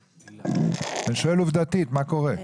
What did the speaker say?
אני שואל עובדתית מה קורה.